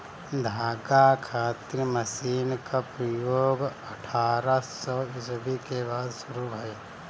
धागा खातिर मशीन क प्रयोग अठारह सौ ईस्वी के बाद शुरू भइल